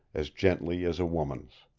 as gently as a woman's.